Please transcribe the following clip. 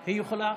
היא יכולה?